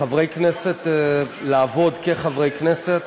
מאפשרת לחברי כנסת לעבוד כחברי כנסת.